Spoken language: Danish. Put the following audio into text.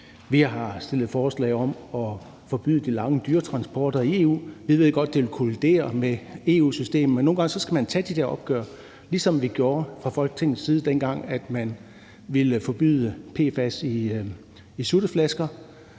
Vi har stillet forslag om at forbyde de lange dyretransporter i EU. Vi ved godt, at det kolliderer med EU-systemet, men nogle gange skal man tage de der opgør, ligesom vi gjorde fra Folketingets side, dengang vi forbød PFAS i sutteflasker;